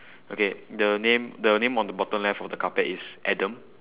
okay the name the name on the bottom left of the carpet is adam